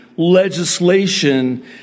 legislation